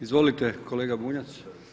Izvolite, kolega Bunjac.